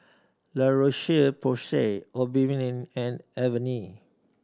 La Roche Porsay Obimin and Avene